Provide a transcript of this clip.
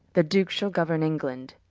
the duke shall gouerne england